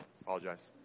Apologize